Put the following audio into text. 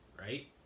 right